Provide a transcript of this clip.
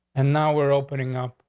and now we're opening up,